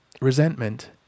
resentment